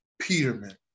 Peterman